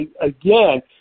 again